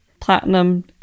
platinum